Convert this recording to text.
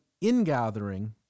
ingathering